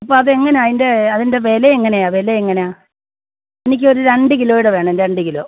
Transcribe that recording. അപ്പോൾ അതെങ്ങനെ അതിൻ്റെ അതിൻ്റെ വില എങ്ങനെയാണ് വില എങ്ങനെയാണ് എനിക്ക് ഒരു രണ്ട് കിലോയുടെ വേണം രണ്ട് കിലോ